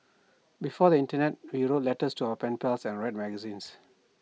before the Internet we wrote letters to our pen pals and read magazines